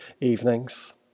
evenings